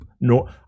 no